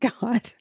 God